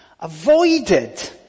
avoided